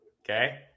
Okay